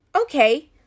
Okay